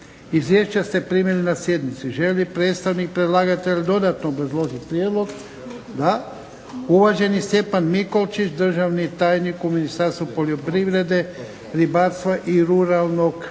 izvješća ste primili na sjednici. Želi li predstavnik predlagatelja dodatno obrazložiti prijedlog? Da. Uvaženi Stjepan Mikolčić državni tajnik u Ministarstvu poljoprivrede, ribarstva i ruralnog